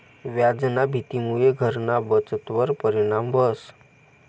व्याजना भीतीमुये घरना बचतवर परिणाम व्हस